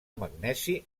magnesi